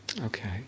Okay